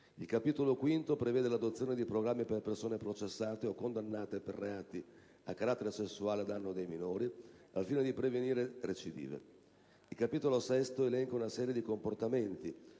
Il Capitolo V prevede l'adozione di programmi per persone processate o condannate per reati a carattere sessuale a danno dei minori, al fine di prevenire recidive. Il Capitolo VI elenca una serie di comportamenti